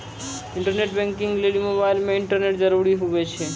internet banking लेली mobile मे internet जरूरी हुवै छै